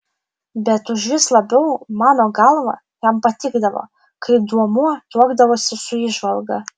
bet užvis labiau mano galva jam patikdavo kai duomuo tuokdavosi su įžvalga